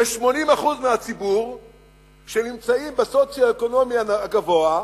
זה 80% מהציבור שנמצאים במעמד הסוציו-אקונומי הגבוה,